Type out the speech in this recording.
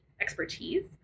expertise